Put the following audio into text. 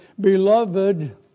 Beloved